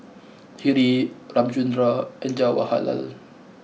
Hri Ramchundra and Jawaharlal